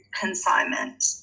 consignment